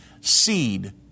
seed